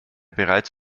bereits